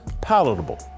palatable